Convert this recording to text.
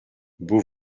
beau